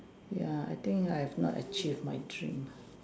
ya I think I've not achieved my dream